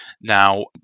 Now